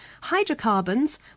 Hydrocarbons